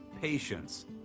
patience